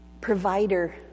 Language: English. provider